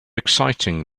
exciting